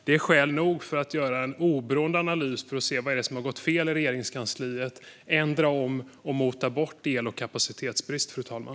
Det är skäl nog för att göra en oberoende analys för att se vad det är som har gått fel i Regeringskansliet, att ändra om och att mota bort el och kapacitetsbrist, fru talman.